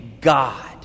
God